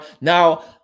Now